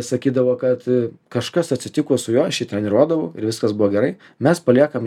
sakydavo kad kažkas atsitiko su juo aš treniruodavau ir viskas buvo gerai mes paliekam